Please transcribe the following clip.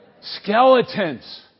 Skeletons